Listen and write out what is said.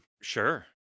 Sure